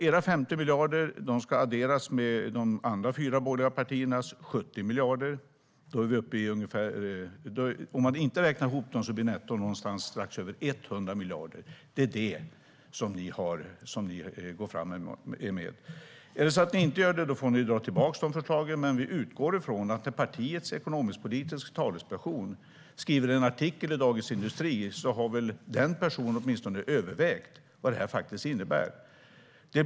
Era 50 miljarder ska adderas med de andra fyra borgerliga partiernas 70 miljarder. Om vi inte räknar ihop dem blir nettot strax över 100 miljarder. Detta går ni fram med. Om ni inte gör det får ni dra tillbaka era förslag. Men vi utgår från att när partiets ekonomisk-politiska talesperson skriver en artikel i Dagens industri har han väl åtminstone övervägt vad detta innebär.